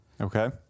Okay